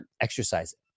exercising